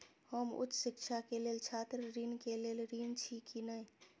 हम उच्च शिक्षा के लेल छात्र ऋण के लेल ऋण छी की ने?